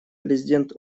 президент